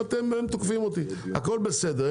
הכול בסדר,